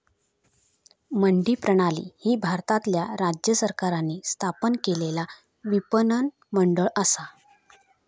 मंडी प्रणाली ही भारतातल्या राज्य सरकारांनी स्थापन केलेला विपणन मंडळ असा